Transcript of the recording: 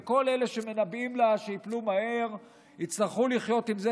וכל אלה שמנבאים לה שתיפול מהר יצטרכו לחיות עם זה